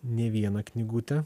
ne vieną knygutę